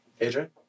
Adrian